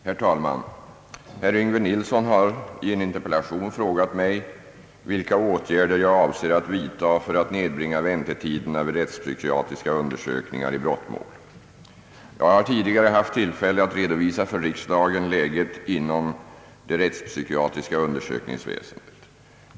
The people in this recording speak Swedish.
Herr talman! Herr Yngve Nilsson har i en interpellation frågat mig vilka åtgärder jag avser att vidta för att nedbringa väntetiderna vid rättspsykiatriska undersökningar i brottmål. Jag har tidigare haft tillfälle att redovisa för riksdagen läget inom det rättspsykiatriska undersökningsväsendet.